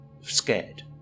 scared